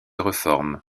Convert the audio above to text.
reforme